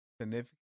significant